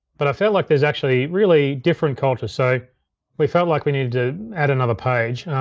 but i felt like there's actually really different cultures, so we felt like we needed to add another page.